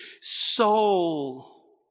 soul